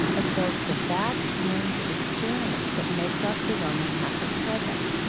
evoke the vast range of experience that makes up the roman catholic present,